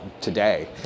today